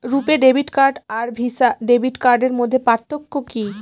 রূপে debit card আর Visa debit কার্ডের মধ্যে পার্থক্য কি?